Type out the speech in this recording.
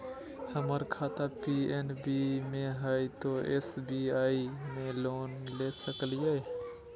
हमर खाता पी.एन.बी मे हय, तो एस.बी.आई से लोन ले सकलिए?